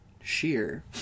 sheer